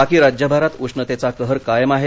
बाकी राज्यभरात उष्णतेचा कहर कायम आहे